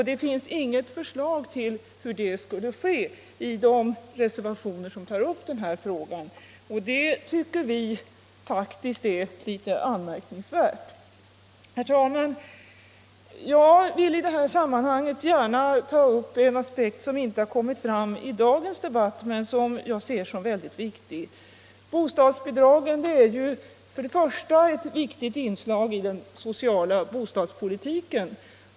Det finns inget förslag till hur det skulle ske i hithörande reservationer. Det tycker vi faktiskt är litet anmärkningsvärt. Herr talman! Jag vill i detta sammanhang gärna ta upp en aspekt som inte har kommit fram i dagens debatt men som jag ser som mycket viktig. Bostadsbidraget är ett viktigt inslag i den sociala bostadspolitiken.